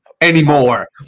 anymore